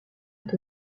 est